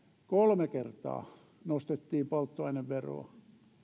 kolme kertaa nostettiin polttoaineveroa